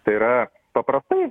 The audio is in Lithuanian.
tai yra paprastai